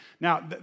Now